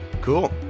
cool